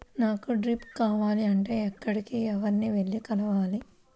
నాకు డ్రిప్లు కావాలి అంటే ఎక్కడికి, ఎవరిని వెళ్లి కలవాలి?